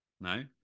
no